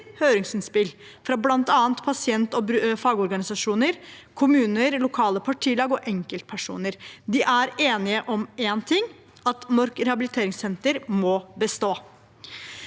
høringsinnspill fra bl.a. pasient- og fagorganisasjoner, kommuner, lokale partilag og enkeltpersoner. De er enige om én ting: at Mork rehabiliteringssenter må bestå.